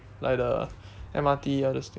like the M_R_T all those thing